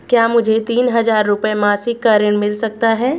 क्या मुझे तीन हज़ार रूपये मासिक का ऋण मिल सकता है?